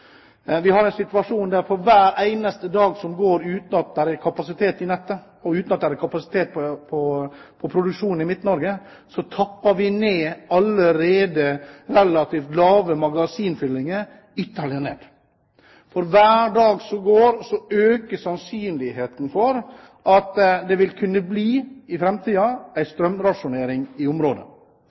vi pr. i dag står med begge beina plantet i problemer. Situasjonen er den at for hver eneste dag som går uten at det er kapasitet i nettet, og uten at det er kapasitet på produksjon i Midt-Norge, tapper vi allerede relativt lave magasinfyllinger ytterligere ned. For hver dag som går, øker sannsynligheten for at det i framtiden vil kunne bli strømrasjonering i området.